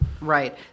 Right